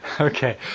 Okay